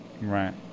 right